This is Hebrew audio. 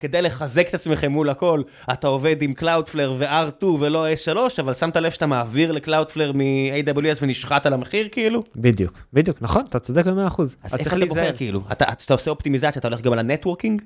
כדי לחזק את עצמכם מול הכל, אתה עובד עם Cloudflare ו-R2 ולא S3, אבל שמת לב שאתה מעביר ל-Cloudflare מ-AWS ונשחט על המחיר, כאילו? בדיוק, בדיוק, נכון, אתה צודק ב-100%. אז איך אתה בוחר, כאילו? אתה עושה אופטימיזציה, אתה הולך גם על הנטווקינג?